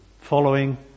following